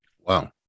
Wow